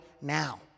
now